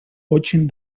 очень